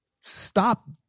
stop